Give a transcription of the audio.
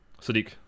Sadiq